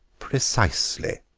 precisely,